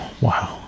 Wow